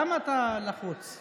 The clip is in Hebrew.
למה אתה לחוץ?